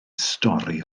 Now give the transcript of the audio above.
stori